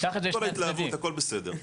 עם כל ההתלהבות, הכל בסדר.